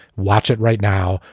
watch it right now.